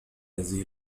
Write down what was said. هذه